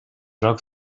truck